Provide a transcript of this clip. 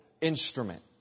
instrument